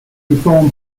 reform